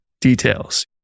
details